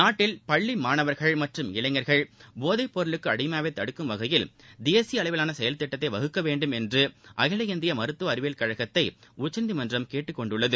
நாட்டில் பள்ளி மாணவர்கள் மற்றும் இளைஞர்கள் போதைப்பொருளுக்கு அடிமையாவதை தடுக்கும் வகையில் தேசிய அளவிலாள செயல்திட்டத்தை வகுக்க வேண்டும் என்று அகில இந்திய மருத்துவ அறிவியல் கழகத்தை உச்சநீதிமன்றம் கேட்டுக்கொண்டுள்ளது